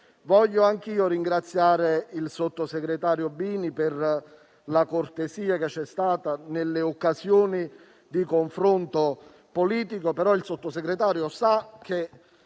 io voglio ringraziare il sottosegretario Bini, per la cortesia dimostrata nelle occasioni di confronto politico,